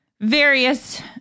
various